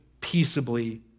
peaceably